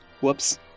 Whoops